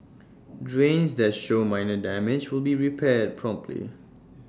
drains that show minor damage will be repaired promptly